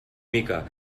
mica